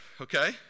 okay